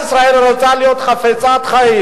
הגענו להסכמה עם חבר הכנסת אלכס מילר שהצעת החוק